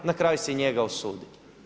Na kraju se i njega osudi.